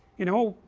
you know,